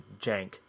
jank